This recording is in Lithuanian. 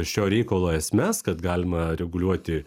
šio reikalo esmes kad galima reguliuoti